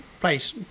place